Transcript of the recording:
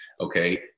okay